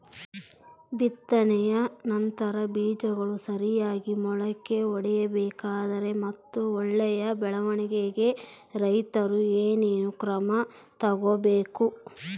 ಬಿತ್ತನೆಯ ನಂತರ ಬೇಜಗಳು ಸರಿಯಾಗಿ ಮೊಳಕೆ ಒಡಿಬೇಕಾದರೆ ಮತ್ತು ಒಳ್ಳೆಯ ಬೆಳವಣಿಗೆಗೆ ರೈತರು ಏನೇನು ಕ್ರಮ ತಗೋಬೇಕು?